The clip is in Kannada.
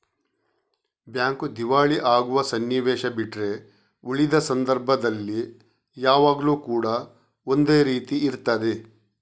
ಬ್ಯಾಂಕು ದಿವಾಳಿ ಆಗುವ ಸನ್ನಿವೇಶ ಬಿಟ್ರೆ ಉಳಿದ ಸಂದರ್ಭದಲ್ಲಿ ಯಾವಾಗ್ಲೂ ಕೂಡಾ ಒಂದೇ ರೀತಿ ಇರ್ತದೆ